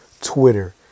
Twitter